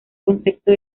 concepto